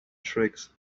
tricks